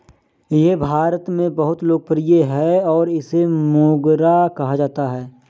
यह भारत में बहुत लोकप्रिय है और इसे मोगरा कहा जाता है